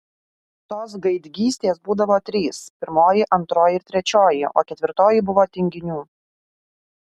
tos gaidgystės būdavo trys pirmoji antroji ir trečioji o ketvirtoji buvo tinginių